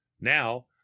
now